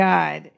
God